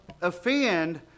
offend